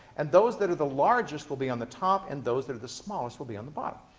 and those that are the largest will be on the top, and those that are the smallest will be on the bottom.